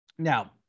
Now